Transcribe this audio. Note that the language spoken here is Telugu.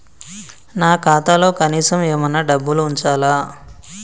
నా ఖాతాలో కనీసం ఏమన్నా డబ్బులు ఉంచాలా?